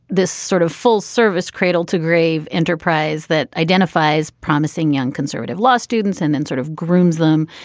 this sort of full service cradle to grave enterprise that identifies promising young conservative law students and then sort of grooms them,